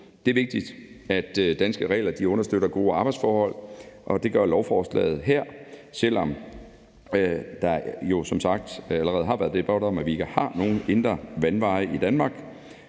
Det er vigtigt, at danske regler understøtter gode arbejdsforhold, og det gør lovforslaget her, selv om vi som sagt ikke har nogen indre vandveje i Danmark,